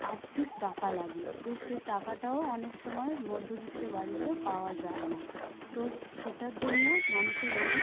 আর্থিক টাকা লাগে তো সে টাকাটাও অনেক সময় মধ্যবিত্ত বাড়িতে পাওয়া যায় না তো সেটার জন্য মানুষের অনেক